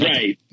Right